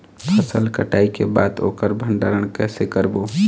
फसल कटाई के बाद ओकर भंडारण कइसे करबो?